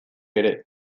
ere